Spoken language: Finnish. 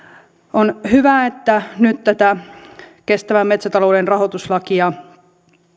on hyvä että nyt tätä kestävän metsätalouden rahoituslakia